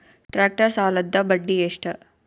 Tractor ಸಾಲದ್ದ ಬಡ್ಡಿ ಎಷ್ಟ?